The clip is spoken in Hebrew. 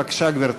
בבקשה, גברתי.